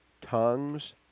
tongues